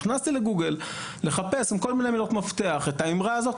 נכנסתי לגוגל לחפש עם כל מיני מילות מפתח את האמרה הזאת.